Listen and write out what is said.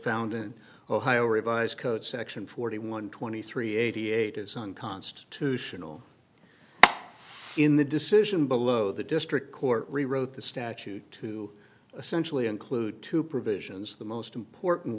found in ohio revised code section forty one twenty three eighty eight as unconstitutional in the decision below the district court rewrote the statute to essentially include two provisions the most important